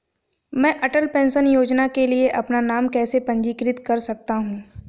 मैं अटल पेंशन योजना के लिए अपना नाम कैसे पंजीकृत कर सकता हूं?